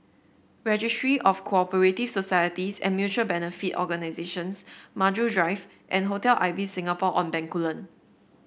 Registry of Co operative Societies and Mutual Benefit Organisations Maju Drive and Hotel Ibis Singapore On Bencoolen